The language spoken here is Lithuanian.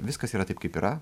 viskas yra taip kaip yra